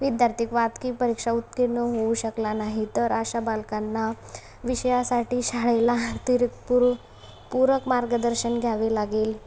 विद्यार्थीक् वात्की परीक्षा उत्कीर्ण होऊ शकला नाही तर अशा बालकांना विषयासाठी शाळेला अतिरिक् पुरू पूरक मार्गदर्शन घ्यावे लागेल